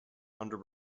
under